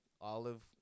olive